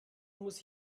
muss